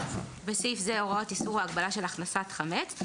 בסעיף זה הוראות איסור או הגבלה של הכנסת חמץ.